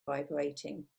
vibrating